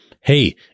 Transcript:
hey